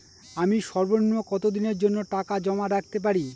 আমি সর্বনিম্ন কতদিনের জন্য টাকা জমা রাখতে পারি?